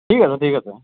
ঠিক আছে ঠিক আছে